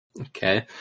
Okay